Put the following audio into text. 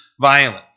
violent